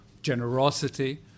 generosity